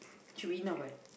should be enough what